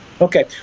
Okay